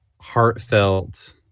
heartfelt